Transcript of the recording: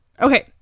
okay